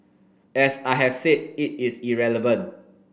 as I have said it is irrelevant